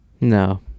No